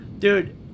Dude